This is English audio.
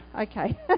okay